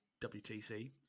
WTC